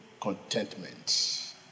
contentment